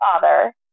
father